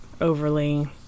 overly